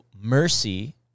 mercy